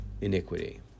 iniquity